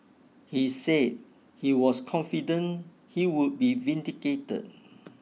he said he was confident he would be vindicated